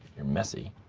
you're messy.